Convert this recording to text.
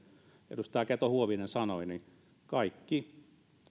edustaja keto huovinen sanoi niin kaikki